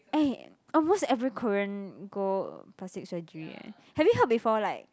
eh almost every Korean go plastic surgery eh have you heard before like